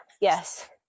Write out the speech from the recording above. Yes